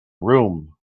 room